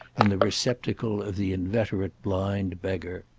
in the receptacle of the inveterate blind beggar.